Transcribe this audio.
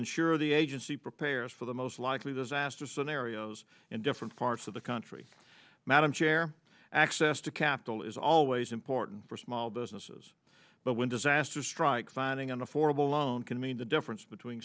ensure the agency prepares for the most likely disaster scenarios in different parts of the country madam chair access to capital is always important for small businesses but when disaster strikes finding an affordable loan can mean the difference between